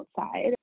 outside